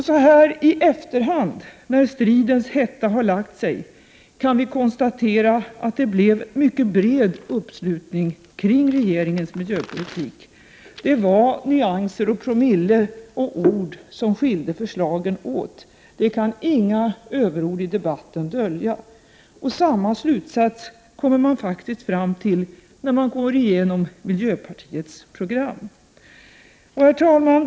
Så här i efterhand, när stridens hetta har lagt sig, kan vi konstatera att det blev mycket bred uppslutning kring regeringens miljöpolitik. Det var ord, nyanser och promille som skilde förslagen åt. Det kan inga överord i debatten dölja. Samma slutsats kommer man också fram till när man går igenom miljöpartiets program. Herr talman!